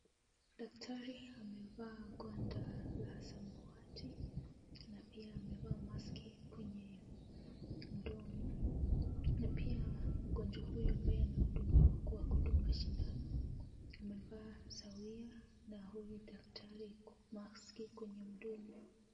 Daktari amevaa gwanda la samawati na pia amevaa mask kwenye mdomo. Na pia mgonjwa huyu ambaye anahudumiwa kwa kudunga sindano amevaa sawia na huyu daktari mask kwenye mdomo.